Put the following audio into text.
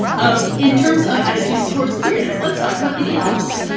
um in terms of attitudes towards queerness. let's talk about the gay people.